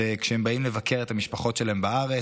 כשהם באים לבקר את המשפחות שלהם בארץ,